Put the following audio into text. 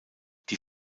die